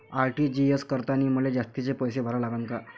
RTGS करतांनी मले जास्तीचे पैसे भरा लागन का?